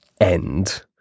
end